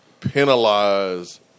penalize